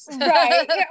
right